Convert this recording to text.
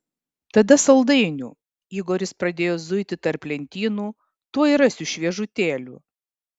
tada saldainių igoris pradėjo zuiti tarp lentynų tuoj rasiu šviežutėlių